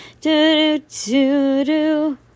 Do-do-do-do